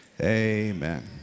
Amen